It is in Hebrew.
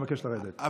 אני מבקש לרדת.